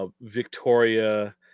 Victoria